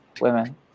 women